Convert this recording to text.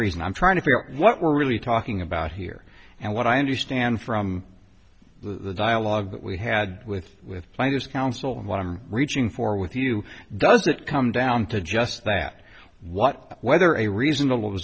reason i'm trying to figure out what we're really talking about here and what i understand from the dialogue that we had with with counsel and what i'm reaching for with you does it come down to just that what whether a reasonable